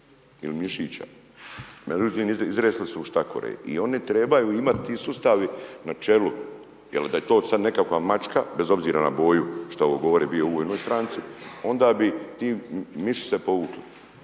il mišića. Međutim, izresli su u štakore. I oni trebaju imati sustav na čelu jer da je to nekakva mačka bez obzira na boju, šta ovo govori bio u jednoj stranci, onda bi ti miši se povukli.